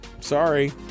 sorry